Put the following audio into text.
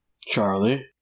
charlie